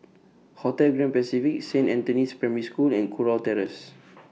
Hotel Grand Pacific Saint Anthony's Primary School and Kurau Terrace